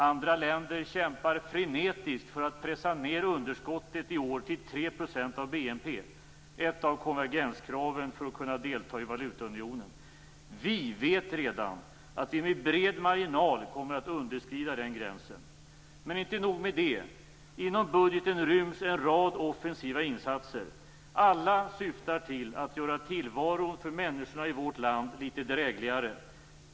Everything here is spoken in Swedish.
Andra länder kämpar frenetiskt för att pressa ned underskottet i år till 3 % av BNP, ett av konvergenskraven för att kunna delta i valutaunionen. Vi vet redan att vi med bred marginal kommer att underskrida den gränsen. Men inte nog med det, inom budgeten ryms en rad offensiva insatser. Alla syftar till att göra tillvaron för människorna i vårt land litet drägligare.